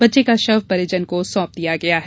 बच्चे का शव परिजन को सौंप दिया गया है